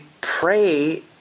pray